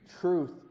Truth